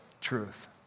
truth